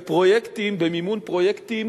במימון פרויקטים